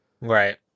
Right